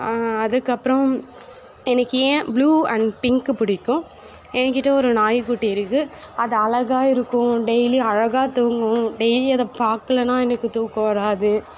அதுக்கப்புறோம் எனக்கு ஏன் ப்ளு அண்ட் பிங்க் பிடிக்கும் எங்கிட்ட ஒரு நாய் குட்டி இருக்குது அது அழகா இருக்கும் டெய்லியும் அழகா தூங்கும் டெய்லியும் அதை பாக்கலனா எனக்கு தூக்கம் வராது